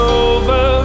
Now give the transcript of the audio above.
over